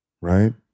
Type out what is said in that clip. right